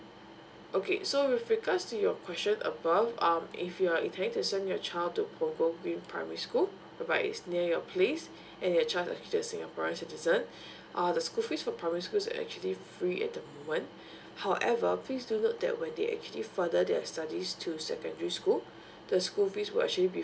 okay so with regards to your question above um if you're intending to send your child to punggol green primary school right is near your place and it's just for singaporeans citizen err the school fees at the primary school free at the moment however please do note that when they actually further their studies to secondary school the school fees will actually be